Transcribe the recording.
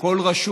או כל רשות,